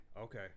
Okay